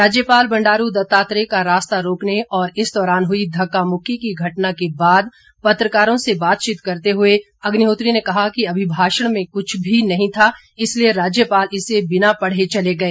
राज्यपाल बंडारू दत्तात्रेय का रास्ता रोकने और इस दौरान हुई धक्का मुक्की की घटना के बाद पत्रकारों से बातचीत करते हुए अग्निहोत्री ने कहा कि अभिभाषण में कुछ भी नहीं था इसलिए राज्यपाल इसे बिना पढ़े चले गए